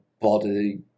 body